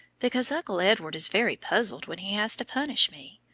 because uncle edward is very puzzled when he has to punish me.